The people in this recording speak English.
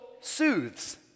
soothes